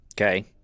Okay